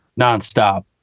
nonstop